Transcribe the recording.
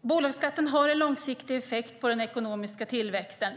Bolagsskatten har en långsiktig effekt på den ekonomiska tillväxten.